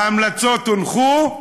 ההמלצות הונחו,